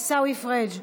עיסאווי פריג',